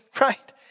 Right